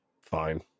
fine